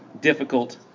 difficult